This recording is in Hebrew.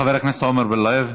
חבר הכנסת עמר בר-לב.